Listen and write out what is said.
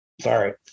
Sorry